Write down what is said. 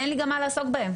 אין לי גם מה לעסוק בהם,